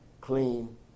clean